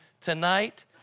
tonight